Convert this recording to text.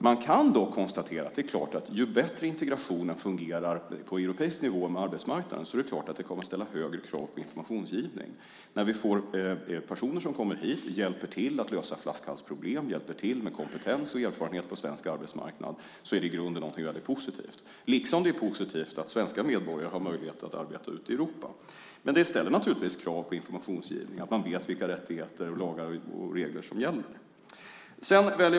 Man kan dock konstatera att ju bättre integrationen fungerar på europeisk nivå vad gäller arbetsmarknaden desto högre krav kommer det att ställa på informationsgivning. När vi får personer som kommer hit och hjälper till att lösa flaskhalsproblem, hjälper till med kompetens och erfarenhet på svensk arbetsmarknad, är det i grunden något mycket positivt, liksom det är positivt att svenska medborgare har möjlighet att arbeta ute i Europa. Men det ställer naturligtvis krav på informationsgivning så att de som kommer hit vet vilka rättigheter, lagar och regler som gäller.